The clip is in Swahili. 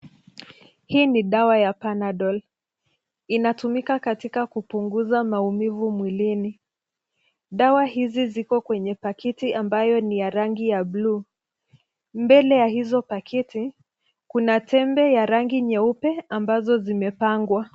Hii ni dawa ya panadol. Inatumika katika kupunguza maumivu mwilini. Dawa hizi ziko kwenye pakiti ambayo ni ya rangu ya bluu. Mbele ya hizo pakiti kuna tembe ya rangi nyeupe ambazo zimepangwa.